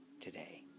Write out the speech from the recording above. today